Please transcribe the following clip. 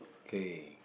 okay